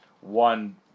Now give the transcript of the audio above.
one